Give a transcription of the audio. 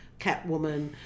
Catwoman